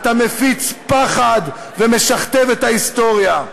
אתה מפיץ פחד ומשכתב את ההיסטוריה.